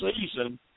season